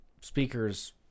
speakers